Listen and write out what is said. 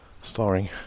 starring